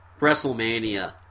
WrestleMania